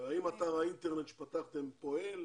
האם אתר האינטרנט שפתחתם פועל,